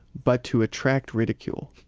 but to attract ridicule.